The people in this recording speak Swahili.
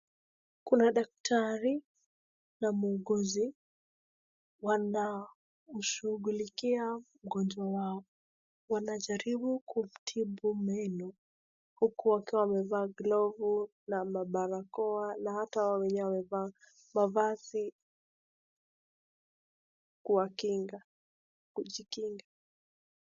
Kuna daktari na mguuzi wanashugulikia mgonjwa wao. Wajaribu kumtibu mwili huku wakiwa wamevaa gluvu na mabarakoa na hata wenye wamevaa mavazi kwa kinga kujikinga.